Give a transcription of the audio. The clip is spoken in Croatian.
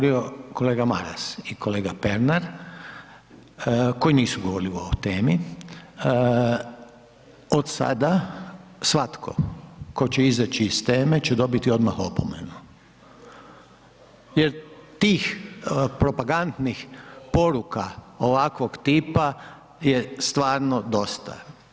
i kolega Pernar, koji nisu govorili o ovoj temi, od sada svatko tko će izaći iz teme će dobiti odmah opomenu jer tih propagandnih poruka ovakvog tipa je stvarno dosta.